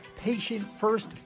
patient-first